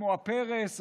כמו הפרס,